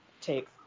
take